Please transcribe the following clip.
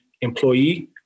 employee